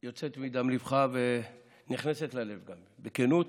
יוצאת מדם ליבך ונכנסת ללב, בכנות.